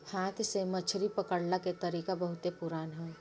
हाथ से मछरी पकड़ला के तरीका बहुते पुरान ह